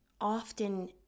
often